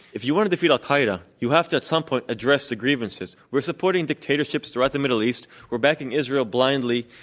if you want to defeat al-qaeda, you have to at some point address the grievances. we're supporting dictatorships throughout the middle east, we're backing israel blindly,